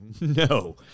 no